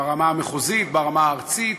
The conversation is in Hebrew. ברמה המחוזית, ברמה הארצית,